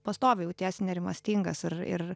pastoviai jautiesi nerimastingas ir ir